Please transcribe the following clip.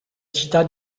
città